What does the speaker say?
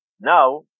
Now